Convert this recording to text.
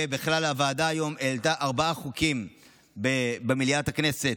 ובכלל הוועדה היום העלתה ארבעה חוקים במליאת הכנסת,